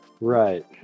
Right